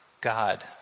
God